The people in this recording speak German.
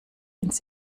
ins